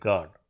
God